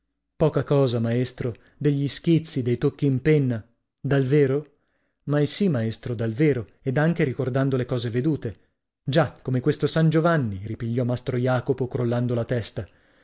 poca cosa maestro degli schizzi dei tocchi in penna dal vero maisì maestro dal vero ed anche ricordando le cose vedute già come questo san giovanni ripigliò mastro jacopo crollando la